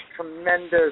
tremendous